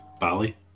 Bali